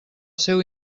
seu